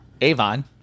Avon